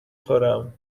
خورم